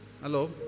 hello